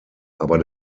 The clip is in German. aber